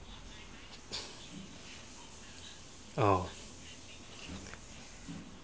oh